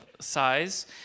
size